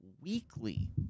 weekly